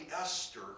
Esther